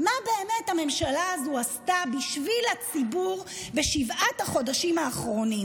מה באמת הממשלה הזאת עשתה בשביל הציבור בשבעת החודשים האחרונים?